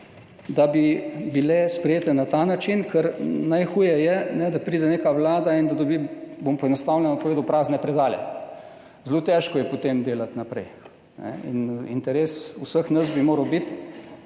da bi bile sprejete na ta način, ker najhuje je, da pride neka vlada in da dobi, bom poenostavljeno povedal, prazne predale. Zelo težko je potem delati naprej in interes vseh nas, tudi